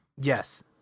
Yes